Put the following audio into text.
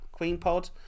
queenpod